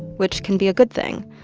which can be a good thing.